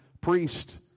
priest